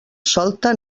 solta